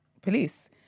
Police